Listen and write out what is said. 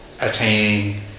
attaining